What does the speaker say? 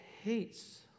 hates